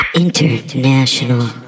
International